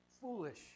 foolish